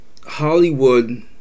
Hollywood